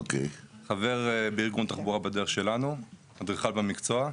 חבר בארגון תחבורה 'בדרך שלנו', אדריכל במקצוע.